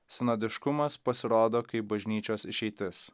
sinodiškumas pasirodo kaip bažnyčios išeitis